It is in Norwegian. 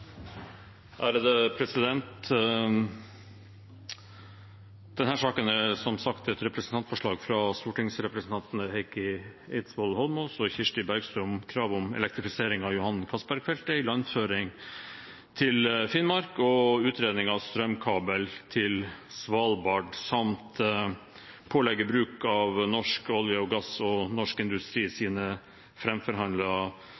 som sagt et representantforslag fra stortingsrepresentantene Heikki Eidsvoll Holmås og Kirsti Bergstø om krav om elektrifisering av Johan Castberg-feltet, ilandføring til Finnmark og utredning av strømkabel til Svalbard samt pålegge bruk av Norsk olje og gass og Norsk industri